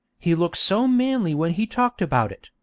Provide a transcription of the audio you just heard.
he looked so manly when he talked about it,